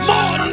More